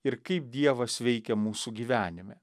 ir kaip dievas veikia mūsų gyvenime